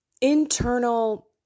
internal